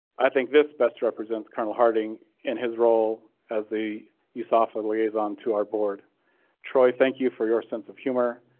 i think this best represents colonel harting in his role as the usafa liaison to our board troy. thank you for your sense of humor,